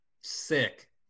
sick